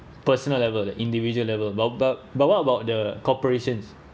personal level the individual level but but but what about the corporations